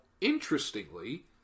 interestingly